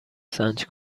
سنج